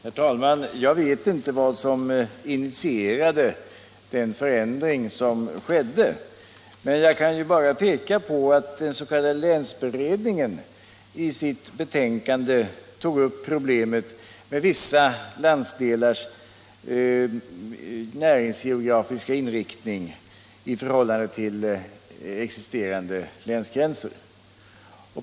Herr talman! Jag vet inte vad som initierade den förändring som skedde. Jag kan bara peka på att den s.k. länsberedningen i sitt betänkande tog upp problemet med vissa landsdelars näringsgeografiska inriktning i förhållande till existerande länsgränser.